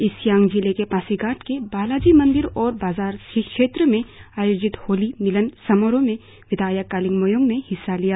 east Siang जिले के पासीघाट के बालाजी मंदीर और बाजार क्षेत्र में आयोजित होली मिलन समारोह में विधायक कालिंग मोयोंग ने हिस्सा लिया